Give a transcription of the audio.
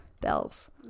bells